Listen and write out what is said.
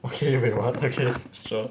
okay wait 我要 text 现